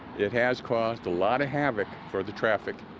it has caused a lot of havoc for the traffic.